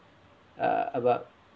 uh about